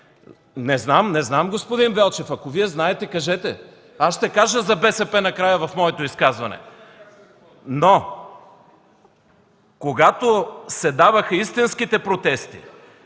Не знам, господин Велчев. Ако Вие знаете, кажете. Аз ще кажа за БСП в края на моето изказване. Когато се даваха истинските протести,